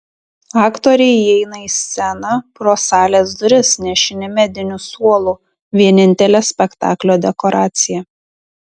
aktoriai įeina į sceną pro salės duris nešini mediniu suolu vienintele spektaklio dekoracija